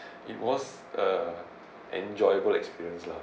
it was a enjoyable experience lah